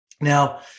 Now